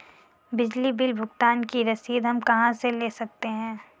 बिजली बिल भुगतान की रसीद हम कहां से ले सकते हैं?